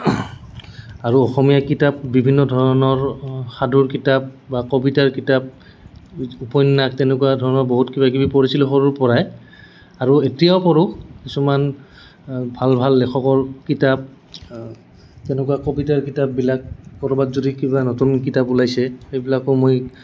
আৰু অসমীয়া কিতাপ বিভিন্ন ধৰণৰ সাধুৰ কিতাপ বা কবিতাৰ কিতাপ উপন্যাস তেনেকুৱা ধৰণৰ বহুত কিবা কিবি পঢ়িছিলোঁ সৰুৰ পৰাই আৰু এতিয়াও পঢ়োঁ কিছুমান ভাল ভাল লেখকৰ কিতাপ তেনেকুৱা কবিতাৰ কিতাপবিলাক ক'ৰবাত যদি কিবা নতুন কিতাপ ওলাইছে সেইবিলাকো মই